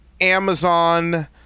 Amazon